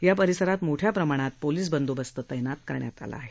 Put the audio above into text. या परिसरात मोठ्या प्रमाणात पोलीस बंदोबस्त तैनात करण्यात आला आहे